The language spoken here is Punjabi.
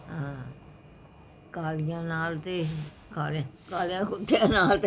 ਕਾਲੀਆਂ ਨਾਲ ਅਤੇ ਕਾਲੇ ਕਾਲਿਆਂ ਕੁੱਤਿਆਂ ਨਾਲ ਤਾਂ